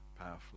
powerfully